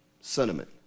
sentiment